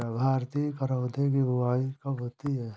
भारतीय करौदे की बुवाई कब होती है?